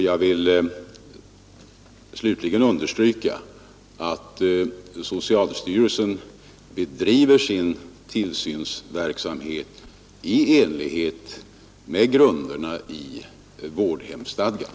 Jag vill slutligen understryka att socialstyrelsen bedriver sin tillsynsverksamhet i enlighet med grunderna i vårdhemsstadgan.